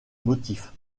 motif